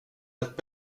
ett